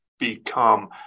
Become